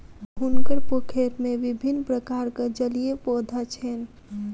हुनकर पोखैर में विभिन्न प्रकारक जलीय पौधा छैन